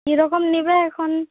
কিরকম নেবে এখন